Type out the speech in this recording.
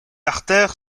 artère